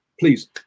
please